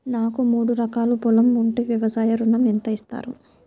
నాకు మూడు ఎకరాలు పొలం ఉంటే వ్యవసాయ ఋణం ఎంత ఇస్తారు?